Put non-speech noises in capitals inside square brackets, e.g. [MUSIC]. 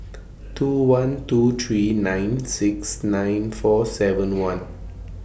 [NOISE] two one two three nine [NOISE] six nine four seven [NOISE] one